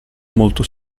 molto